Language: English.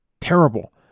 terrible